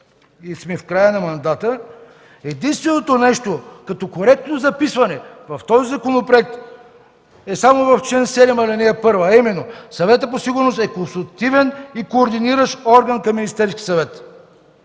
и сме в края на мандата, единственото нещо като коректно записване в този законопроект е само в чл. 7, ал. 1, а именно: „Съветът по сигурност е консултативен и координиращ орган към Министерския съвет